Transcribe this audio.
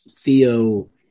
Theo